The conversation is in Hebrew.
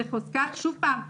שוב פעם,